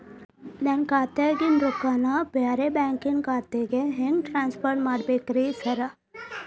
ನನ್ನ ಖಾತ್ಯಾಗಿನ ರೊಕ್ಕಾನ ಬ್ಯಾರೆ ಬ್ಯಾಂಕಿನ ಖಾತೆಗೆ ಹೆಂಗ್ ಟ್ರಾನ್ಸ್ ಪರ್ ಮಾಡ್ಬೇಕ್ರಿ ಸಾರ್?